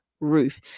roof